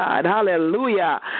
Hallelujah